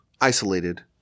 isolated